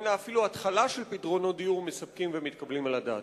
אין לה אפילו התחלה של פתרונות דיור מספקים ומתקבלים על הדעת.